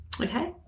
okay